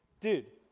dude.